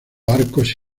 arcos